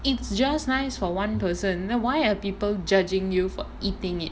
it's just nice for one person the why are people judging you for eating it